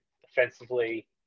defensively